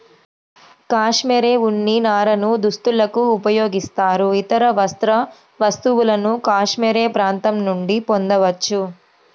cashmere ఉన్ని నారను దుస్తులకు ఉపయోగిస్తారు, ఇతర వస్త్ర వస్తువులను కాష్మెరె ప్రాంతం నుండి పొందవచ్చు